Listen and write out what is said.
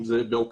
אם זה בעוקצים.